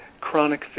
chronic